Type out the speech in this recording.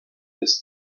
this